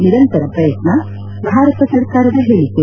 ನಿರಂತರ ಪ್ರಯತ್ನ ಭಾರತ ಸರ್ಕಾರದ ಹೇಳಿಕೆ